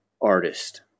artist